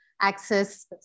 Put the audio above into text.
access